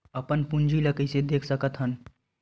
अपन पूंजी ला कइसे देख सकत हन?